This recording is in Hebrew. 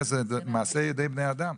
זה מעשה ידי בני אדם,